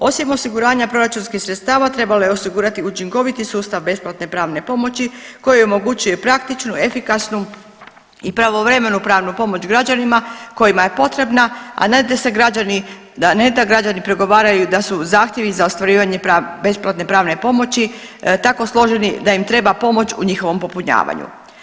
Osim osiguranja proračunskih sredstava trebalo je osigurati učinkoviti sustav besplatne pravne pomoći koji omogućuje praktičnu, efikasnu i pravovremenu pravnu pomoć građanima kojima je potrebna, a ne da se građani, ne da građani prigovaraju da su zahtjevi za ostvarivanje besplatne pravne pomoći tako složeni da im treba pomoći u njihovom popunjavanju.